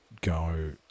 go